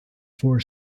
four